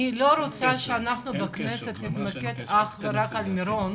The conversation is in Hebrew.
אני לא רוצה שנתמקד בכנסת אך ורק במירון,